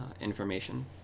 information